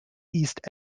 east